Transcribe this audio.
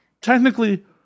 technically